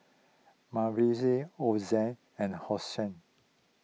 Ozzie and Hosie